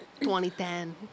2010